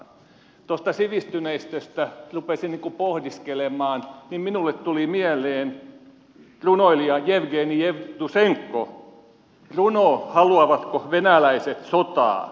kun tuota sivistyneistöä rupesin pohdiskelemaan minulle tuli mieleen runoilija jevgeni jevtusenkon runo haluavatko venäläiset sotaa